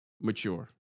mature